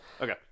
Okay